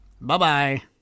Bye-bye